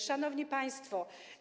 Szanowni Państwo!